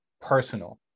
personal